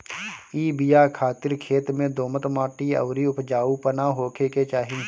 इ बिया खातिर खेत में दोमट माटी अउरी उपजाऊपना होखे के चाही